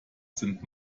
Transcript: sind